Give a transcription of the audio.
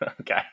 Okay